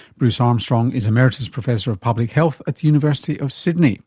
bruce armstrong is emeritus professor of public health at the university of sydney